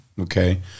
okay